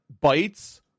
bites